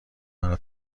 مرا